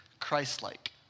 Christ-like